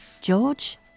George